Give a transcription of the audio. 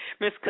miss